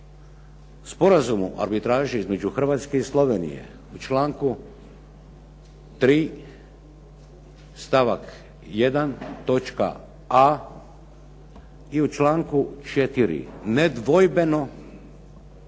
Sporazumu o arbitraži između Hrvatske i Slovenije u članku 3. stavak 1. točka a. i u članku 4. nedvojbeno